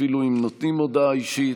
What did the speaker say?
אפילו אם נותנים הודעה אישית,